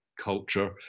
culture